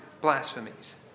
blasphemies